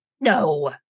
No